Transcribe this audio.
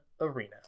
arena